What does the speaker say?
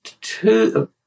two